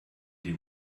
den